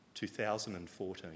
2014